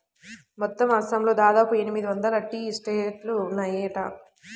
మొత్తం అస్సాంలో దాదాపు ఎనిమిది వందల టీ ఎస్టేట్లు ఉన్నాయట